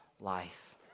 life